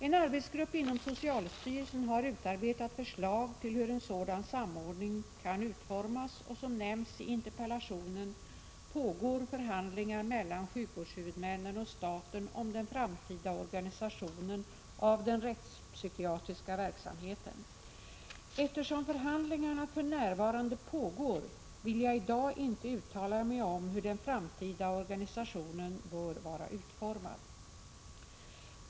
En arbetsgrupp inom socialstyrelsen har utarbetat förslag till hur en sådan samordning kan utformas och som nämns i interpellationen pågår förhandlingar mellan sjukvårdshuvudmännen och staten om den framtida organisationen av den rättspsykiatriska verksamheten. Eftersom förhandlingarna för närvarande pågår vill jag i dag inte uttala mig om hur den framtida organisationen bör vara utformad.